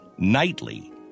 Nightly